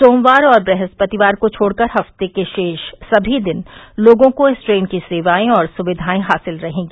सोमवार और वृहस्पतिवार को छोड़कर हफ़्ते के शेष समी दिन लोगों को इस ट्रेन की सेवाये और सुविधायें हासिल रहेंगी